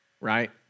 Right